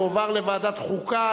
יועבר לוועדת החוקה,